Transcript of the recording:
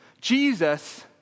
Jesus